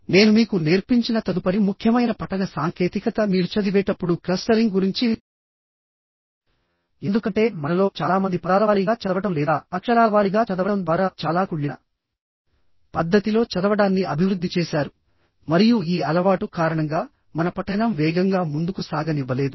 నేను మీకు నేర్పించిన తదుపరి ముఖ్యమైన పఠన సాంకేతికత మీరు చదివేటప్పుడు క్లస్టరింగ్ గురించి ఎందుకంటే మనలో చాలా మంది పదాల వారీగా చదవడం లేదా అక్షరాల వారీగా చదవడం ద్వారా చాలా కుళ్ళిన పద్ధతిలో చదవడాన్ని అభివృద్ధి చేశారు మరియు ఈ అలవాటు కారణంగా మన పఠనం వేగంగా ముందుకు సాగనివ్వలేదు